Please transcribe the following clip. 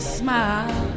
smile